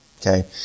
okay